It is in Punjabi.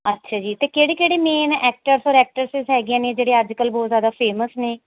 ਅੱਛਾ ਜੀ ਅਤੇ ਕਿਹੜੇ ਕਿਹੜੇ ਮੇਨ ਐਕਟਰਸ ਔਰ ਐਕਟਰਸਿਸ ਹੈਗੀਆਂ ਨੇ ਜਿਹੜੇ ਅੱਜ ਕੱਲ੍ਹ ਬਹੁਤ ਜ਼ਿਆਦਾ ਫੇਮਸ ਨੇ